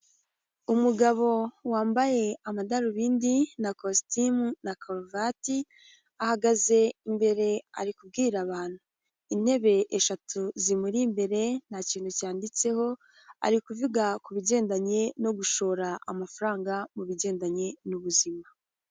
Umugabo wambaye amadarubindi na kositimu na karuvati ahagaze imbere ari kubwira abantu intebe eshatu zimuri imbere nta kintu cyanditseho arivuga kubi bigendanye no gushora amafaranga mu bigendanye n'ubuzima.